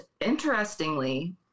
interestingly